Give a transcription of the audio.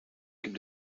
gibt